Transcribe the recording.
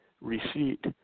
receipt